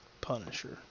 Punisher